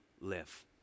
live